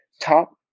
top